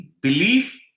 belief